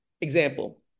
example